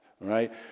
right